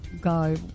guy